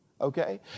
okay